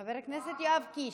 חבר הכנסת יואב קיש,